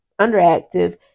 underactive